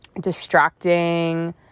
distracting